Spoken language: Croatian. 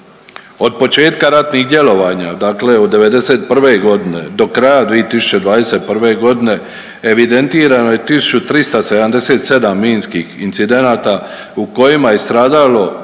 od početka ratnih djelanja dakle od '91.g. do kraja 2021.g. evidentirano je 1377 minskih incidenata u kojima je stradalo